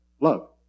Love